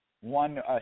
one